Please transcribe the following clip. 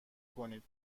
کنین